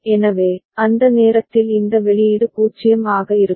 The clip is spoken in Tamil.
எனவே அந்த நேரத்தில் இந்த வெளியீடு 0 ஆக இருக்கும்